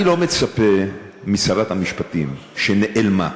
אני לא מצפה משרת המשפטים שנעלמה,